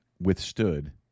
withstood